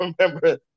remember